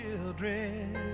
children